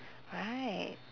right